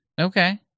Okay